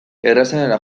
errazenera